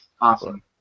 awesome